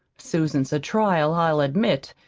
susan's a trial, i'll admit,